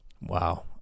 Wow